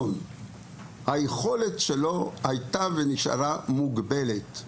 היכולת שלו הייתה ונשארה מוגבלת.